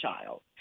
child